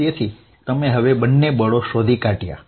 તેથી તમે હવે બંને બળો શોધી કાઢ્યા છે